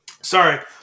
Sorry